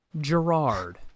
Gerard